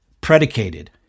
predicated